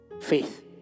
faith